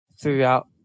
throughout